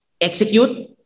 execute